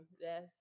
Yes